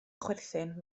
chwerthin